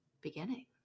beginning